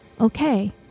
okay